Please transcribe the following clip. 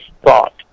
thought